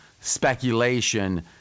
speculation